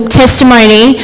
testimony